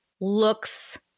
looks